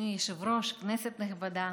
אדוני היושב-ראש, כנסת נכבדה,